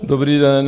Dobrý den.